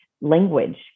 language